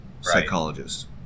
psychologist